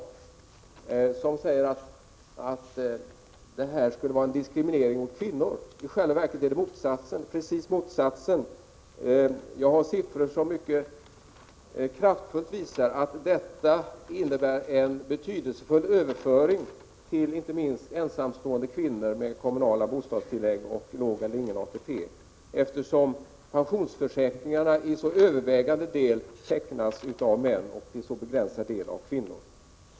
Den motionen påstår att ”pensionsskatten” skulle medföra en diskriminering av kvinnor. Men i själva verket innebär omfördelningen raka motsatsen. Jag har siffror som mycket klart visar att engångsskatten ger en betydelsefull överföring inte minst till ensamstående kvinnor med kommunala bostadstillägg och låg eller ingen ATP, eftersom pensionsförsäkringarna till så övervägande del tecknas av män och till så begränsad del av kvinnor.